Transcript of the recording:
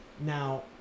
Now